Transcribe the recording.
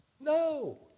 No